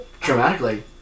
dramatically